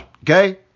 Okay